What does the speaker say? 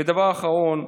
ודבר אחרון,